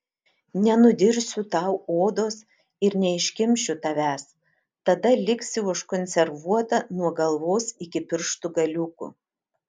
nenudirsiu tau odos ir neiškimšiu tavęs tada liksi užkonservuota nuo galvos iki pirštų galiukų